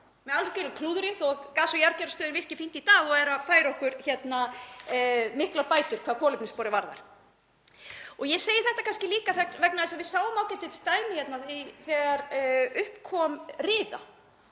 með algjöru klúðri, þótt gas-og jarðgerðarstöðin virki fínt í dag og sé að færa okkur miklar bætur hvað kolefnissporið varðar. Ég segi þetta kannski líka vegna þess að við sáum ágætisdæmi þegar upp kom riða